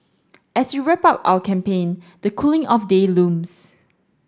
as we wrap up our campaign the cooling off day looms